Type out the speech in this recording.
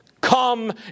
come